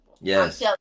Yes